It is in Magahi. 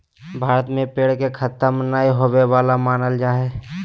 भारत में पेड़ के खतम नय होवे वाला मानल जा हइ